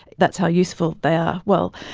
that's how useful they are. well,